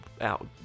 out